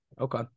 Okay